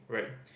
right